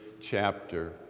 chapter